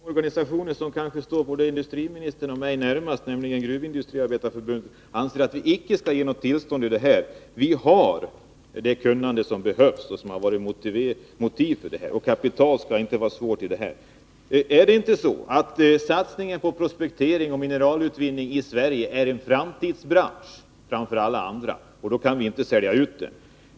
Herr talman! Den organisation som kanske står både industriministern och mig närmast, nämligen Gruvindustriarbetareförbundet, anser att vi här icke skall ge något tillstånd. Vi har det kunnande som behövs. Avsaknad av detta kunnande kan därför inte anföras som motiv för en eventuell tillståndsgivning. Frågan om kapital kan inte här vara det svåra. Är det inte så att satsningen på projektering och mineralutvinningi Sverige gäller en framtidsbransch framför alla andra? Då kan vi inte sälja ut den.